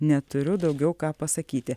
neturiu daugiau ką pasakyti